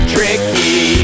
Tricky